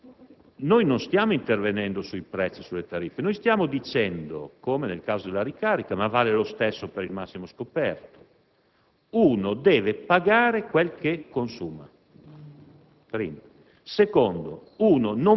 Di più: noi non stiamo intervenendo sui prezzi e sulle tariffe; stiamo sostenendo, come nel caso della ricarica (ma vale lo stesso per il massimo scoperto) che si deve pagare quel che si consuma.